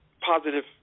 positive